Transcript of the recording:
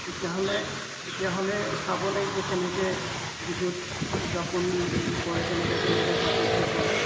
তেতিয়াহ'লে তেতিয়াহ'লে চাব লাগিব কেনেকৈ বিহুত উদযাপন কৰে কেনেকৈ কেনেকৈ পাতে কি কৰে